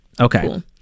Okay